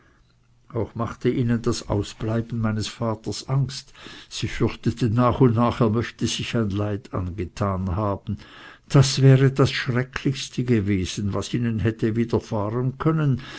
auch machte ihnen das ausbleiben meines vaters angst sie fürchteten nach und nach er möchte sich ein leid angetan haben das wäre das schrecklichste gewesen was ihnen hätte widerfahren können